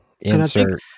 insert